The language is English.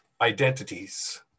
identities